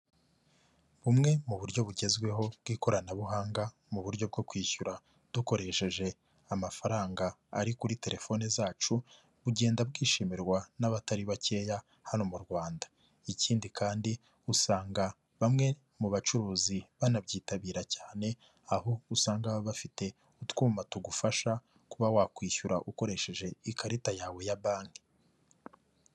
Bumwe mu buryo bugezweho bw'ikoranabuhanga mu buryo bwo kwishyura dukoresheje amafaranga ari kuri telefone zacu, bugenda bwishimirwa n'abatari bakeya hano mu Rwanda. Ikindi kandi usanga bamwe mu bacuruzi banabyitabira cyane, aho usanga baba bafite utwuma tugufasha kuba wakwishyura ukoresheje ikarita yawe ya banki.